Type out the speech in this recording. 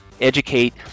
educate